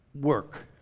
work